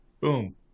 Boom